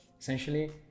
essentially